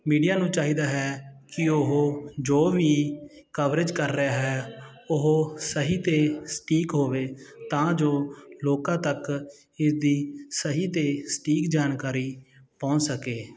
media ਨੂੰ ਚਾਹੀਦਾ ਹੈ ਕਿ ਉਹ ਜੋ ਵੀ ਕਵਰੇਜ ਕਰ ਰਿਹਾ ਹੈ ਉਹ ਸਹੀ ਅਤੇ ਸਟੀਕ ਹੋਵੇ ਤਾਂ ਜੋ ਲੋਕਾਂ ਤੱਕ ਇਸ ਦੀ ਸਹੀ ਦੇ ਸਟੀਕ ਜਾਣਕਾਰੀ ਪਹੁੰਚ ਸਕੇ